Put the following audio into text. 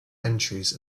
entries